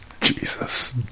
Jesus